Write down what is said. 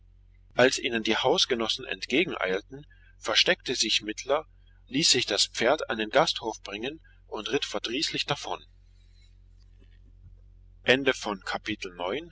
als ihnen die hausgenossen entgegeneilten versteckte sich mittler ließ sich das pferd an den gasthof bringen und ritt verdrießlich davon